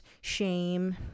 shame